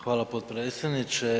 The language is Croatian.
Hvala potpredsjedniče.